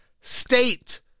state